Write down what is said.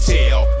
Tell